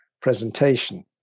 presentation